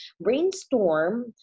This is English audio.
brainstorm